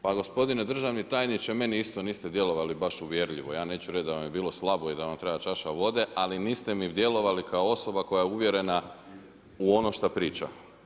Pa gospodine državni tajniče, meni niste isto djelovali baš uvjerljivo, ja neću reći da vam je bilo slabo i da vam treba čaša vode, ali niste mi djelovali kao osoba koja je uvjerena u ono šta priča.